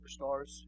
superstars